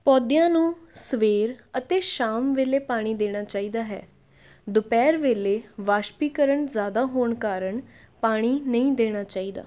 ਪੌਦਿਆਂ ਨੂੰ ਸਵੇਰ ਅਤੇ ਸ਼ਾਮ ਵੇਲੇ ਪਾਣੀ ਦੇਣਾ ਚਾਹੀਦਾ ਹੈ ਦੁਪਹਿਰ ਵੇਲੇ ਵਾਸ਼ਪੀਕਰਨ ਜ਼ਿਆਦਾ ਹੋਣ ਕਾਰਨ ਪਾਣੀ ਨਹੀਂ ਦੇਣਾ ਚਾਹੀਦਾ